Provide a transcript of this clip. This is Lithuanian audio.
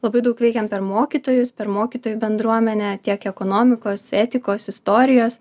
labai daug veikiam per mokytojus per mokytojų bendruomenę tiek ekonomikos etikos istorijos